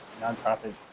nonprofits